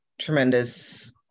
tremendous